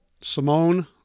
simone